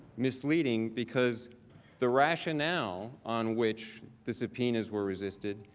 misleading because the rationale on which the subpoenas were resisted,